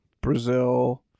Brazil